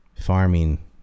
farming